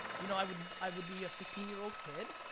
you know i would i would be a fifteen year old kid,